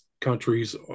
countries